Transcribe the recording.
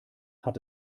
hat